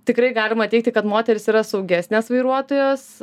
tikrai galima teigti kad moterys yra saugesnės vairuotojos